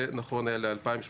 זה נכון היה ל-2018.